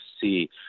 see